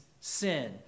sin